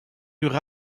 eurent